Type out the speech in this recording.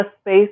space